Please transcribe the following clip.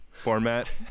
format